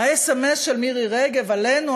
הסמ"ס של מירי רגב עלינו,